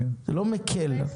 זה לא מקל.